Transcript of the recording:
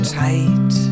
tight